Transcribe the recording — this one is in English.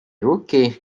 rookie